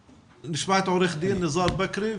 עו"ד ניזאר בכרי,